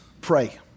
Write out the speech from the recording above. pray